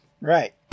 Right